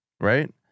right